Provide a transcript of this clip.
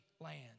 land